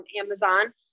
Amazon